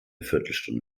viertelstunde